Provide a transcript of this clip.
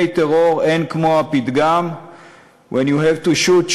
טרור אין כמו הפתגם When you have to shoot,